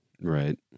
Right